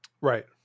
Right